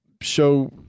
Show